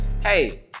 Hey